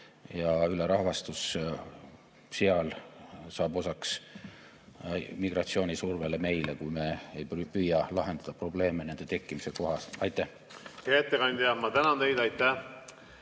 ja ülerahvastatus. Meile saab osaks migratsioonisurve, kui me ei püüa lahendada probleeme nende tekkimise kohas. Aitäh!